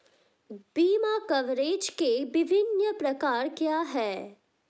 बीमा कवरेज के विभिन्न प्रकार क्या हैं?